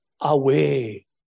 away